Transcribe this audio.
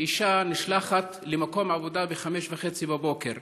שאישה נשלחת למקום עבודה ב-05:30 בבוקר,